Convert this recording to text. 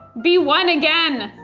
be one again,